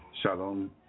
Shalom